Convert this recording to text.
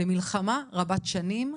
למלחמה רבת שנים,